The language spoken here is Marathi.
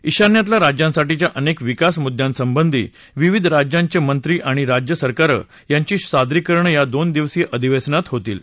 ईशान्येतल्या राज्यांसाठीच्या अनेक विकास मुद्द्यांसंबंधी विविध राज्यांचे मंत्री आणि राज्यसरकारं यांची सादरीकरणं या दोन दिवसीय अधिवेशनात होतील